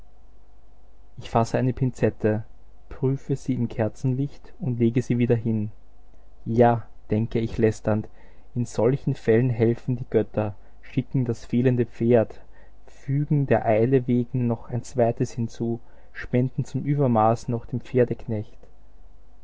ich fasse eine pinzette prüfe sie im kerzenlicht und lege sie wieder hin ja denke ich lästernd in solchen fällen helfen die götter schicken das fehlende pferd fügen der eile wegen noch ein zweites hinzu spenden zum übermaß noch den pferdeknecht